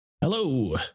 Hello